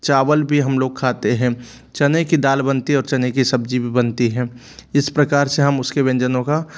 और चावल भी हम लोग खाते हैं चने की दाल बनती और चने की सब्जी भी बनती है इस प्रकार से हम उसके व्यंजनों का